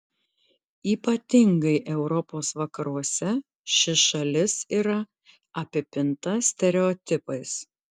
ypatingai europos vakaruose ši šalis yra apipinta stereotipais